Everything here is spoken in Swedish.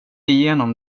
igenom